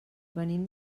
venim